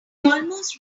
almost